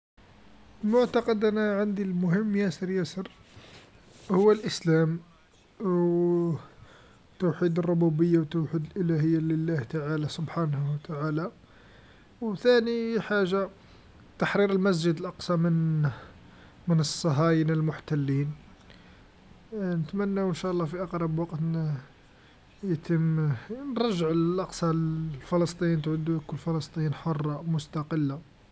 المعتقد أنا عندي المهم ياسر ياسر هو الإسلام، توحيد ربوبيا و توحيد الإيلاهيا للله تعالى سبحانه و تعالى، و ثاني حاجه تحرير المسجد الأقصى من، من الصهاينه المحتلين نتمنو إنشاء الله في أقرب وقت يتم، نرجعو الأقصى لفلسطين، تعود فلسطين حرا و مستقلا.